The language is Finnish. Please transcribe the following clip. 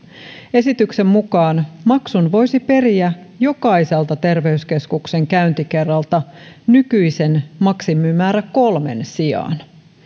esityksen mukaan maksun voisi periä jokaiselta terveyskeskuksen käyntikerralta nykyisen maksimimäärän kolmen sijaan